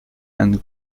and